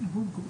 מריו מיקולינסר.